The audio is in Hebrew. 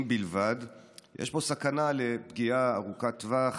בלבד יש פה סכנה לפגיעה ארוכת טווח,